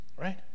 right